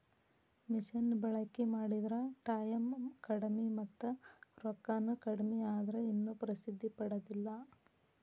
ಮಿಷನ ಬಳಕಿ ಮಾಡಿದ್ರ ಟಾಯಮ್ ಕಡಮಿ ಮತ್ತ ರೊಕ್ಕಾನು ಕಡಮಿ ಆದ್ರ ಇನ್ನು ಪ್ರಸಿದ್ದಿ ಪಡದಿಲ್ಲಾ